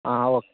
okay